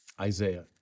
Isaiah